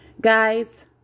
Guys